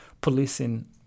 policing